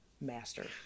Master